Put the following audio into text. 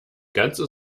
ganze